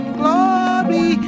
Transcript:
glory